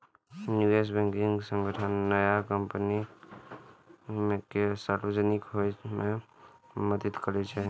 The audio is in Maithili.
निवेश बैंकिंग संगठन नया कंपनी कें सार्वजनिक होइ मे मदति करै छै